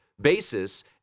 basis